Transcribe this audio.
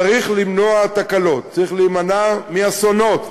צריך למנוע תקלות, צריך להימנע מאסונות,